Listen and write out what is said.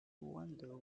wonder